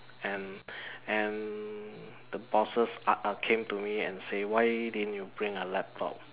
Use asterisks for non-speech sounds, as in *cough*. and *breath* and the bosses uh came to me and say why didn't you bring a laptop